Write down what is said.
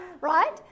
Right